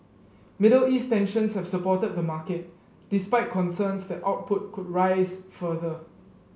Middle East tensions have supported the market despite concerns that output could rise further